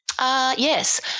Yes